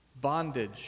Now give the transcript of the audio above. bondage